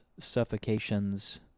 suffocations